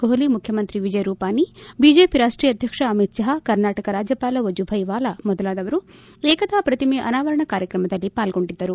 ಕೊಹ್ಲಿ ಮುಖ್ಯಮಂತ್ರಿ ವಿಜಯ್ ರೂಪಾಣಿ ಬಿಜೆಪಿ ರಾಷ್ಟೀಯ ಅಧ್ಯಕ್ಷ ಅಮಿತ್ ಷಾ ಕರ್ನಾಟಕ ರಾಜ್ಯಪಾಲ ವಜೂಭಾಯಿ ವಾಲಾ ಮೊದಲಾದವರು ಏಕತಾ ಪ್ರತಿಮೆಯ ಅನಾವರಣ ಕಾರ್ಯಕ್ರಮದಲ್ಲಿ ಪಾಲ್ಗೊಂಡಿದ್ದರು